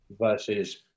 versus